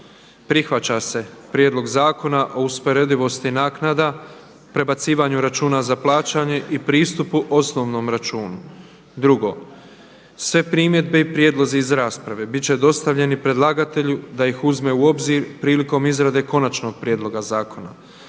Prihvaća se Prijedlog zakona o usporedivosti naknada, prebacivanju računa za plaćanje i pristupu osnovnom računu. 2. Sve primjedbe i prijedlozi iz rasprave biti će dostavljeni predlagatelju da ih uzme u obzir prilikom izrade konačnog prijedloga zakona.“.